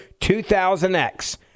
2000X